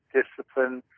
discipline